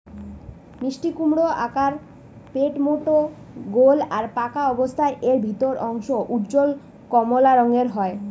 মিষ্টিকুমড়োর আকার পেটমোটা গোল আর পাকা অবস্থারে এর ভিতরের অংশ উজ্জ্বল কমলা রঙের হয়